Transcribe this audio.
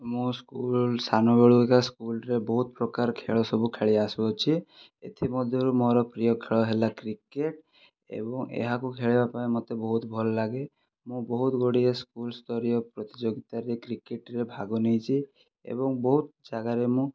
ମୁଁ ସ୍କୁଲ ସାନବେଳୁ ଏକା ସ୍କୁଲରେ ବହୁତ ପ୍ରକାର ଖେଳସବୁ ଖେଳି ଆସୁଅଛି ଏଥିମଧ୍ୟରୁ ମୋର ପ୍ରିୟ ଖେଳ ହେଲା କ୍ରିକେଟ୍ ଏବଂ ଏହାକୁ ଖେଳିବା ପାଇଁ ମୋତେ ବହୁତ ଭଲ ଲାଗେ ମୁଁ ବହୁତ ଗୁଡ଼ିଏ ସ୍କୁଲ ସ୍ତରୀୟ ପ୍ରତିଯୋଗିତାରେ କ୍ରିକେଟରେ ଭାଗ ନେଇଛି ଏବଂ ବହୁତ ଯାଗାରେ ମୁଁ